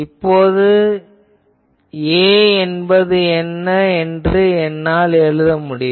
இப்போது A என்பது என்ன என்று என்னால் எழுத முடியும்